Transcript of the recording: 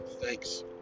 thanks